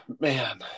Man